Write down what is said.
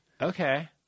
okay